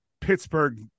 Pittsburgh